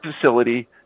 facility